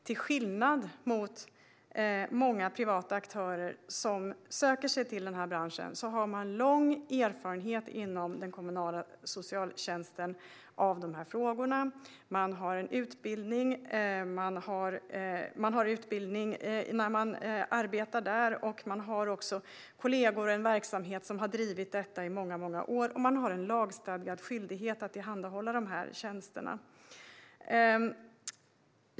Till skillnad från många privata aktörer som söker sig till den här branschen har man lång erfarenhet inom den kommunala socialtjänsten. Man får utbildning när man arbetar där, man har också kollegor i en verksamhet som har drivits i många år och det finns en lagstadgad skyldighet att tillhandahålla dessa tjänster.